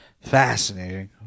fascinating